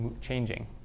changing